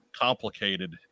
complicated